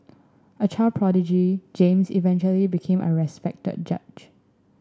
a child prodigy James eventually became a respected judge